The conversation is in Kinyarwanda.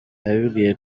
yambwiye